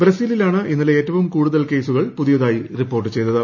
ബ്രസീലിലാണ് ഇന്നലെ ഏറ്റവും കൂടുതൽ കേസുകൾ പുതിയതായി റിപ്പോർട്ട് ചെയ്തത്